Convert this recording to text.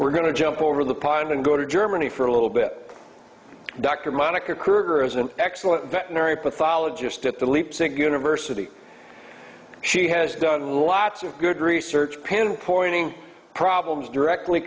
we're going to jump over the pond and go to germany for a little bit dr monica kruger is an excellent veterinary pathologist at the leap sick university she has done lots of good research pinpointing problems directly